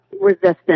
resistance